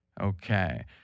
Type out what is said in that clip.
Okay